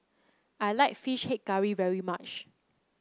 I like fish head curry very much